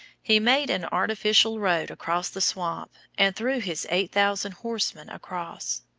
he made an artificial road across the swamp and threw his eight thousand horsemen across.